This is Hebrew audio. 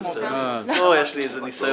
יש לי איזה ניסיון.